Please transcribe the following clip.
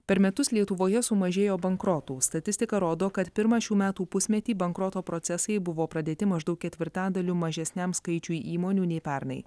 per metus lietuvoje sumažėjo bankrotų statistika rodo kad pirmą šių metų pusmetį bankroto procesai buvo pradėti maždaug ketvirtadaliu mažesniam skaičiui įmonių nei pernai